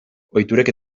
ohiturek